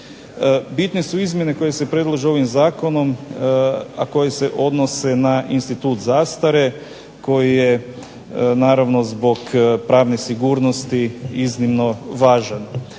Bitne su izmjene koje se predlažu ovim zakonom, a koje se odnose na institut zastare koji je naravno zbog pravne sigurnosti iznimno važan.